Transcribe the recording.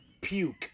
puke